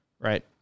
right